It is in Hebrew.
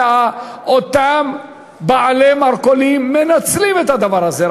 ואותם בעלי מרכולים מנצלים את הדבר הזה.